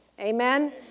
Amen